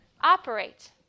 operate